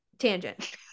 tangent